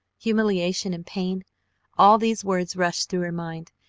humiliation, and pain all these words rushed through her mind,